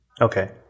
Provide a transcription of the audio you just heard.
Okay